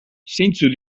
zeintzuk